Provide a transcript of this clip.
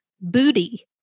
booty